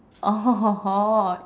oh